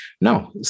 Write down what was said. No